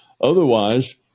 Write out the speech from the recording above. Otherwise